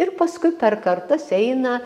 ir paskui per kartas eina